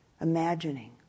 imagining